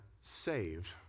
saved